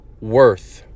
worth